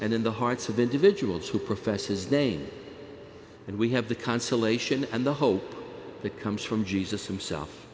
in the hearts of individuals who professes name and we have the consolation and the hope that comes from jesus himself